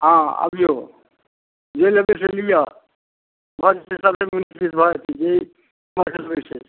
हँ अबिऔ जे लेबै से लिअ भऽ जेतै सब चीज ऊँच नीच भऽ जेतै जे भऽ सकै छै